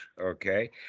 Okay